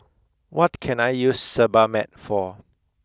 what can I use Sebamed for